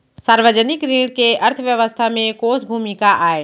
सार्वजनिक ऋण के अर्थव्यवस्था में कोस भूमिका आय?